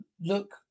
Look